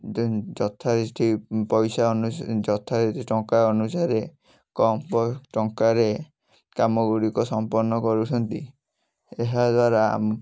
ଦେନ ଯଥା ଏଇଠି ପଇସା ଅନୁ ଯଥା ଏଇଠି ଟଙ୍କା ଅନୁସାରେ କମ ଟଙ୍କାରେ କାମଗୁଡ଼ିକ ସମ୍ପର୍ଣ୍ଣ କରୁଛନ୍ତି ଏହାଦ୍ୱାରା